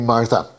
Martha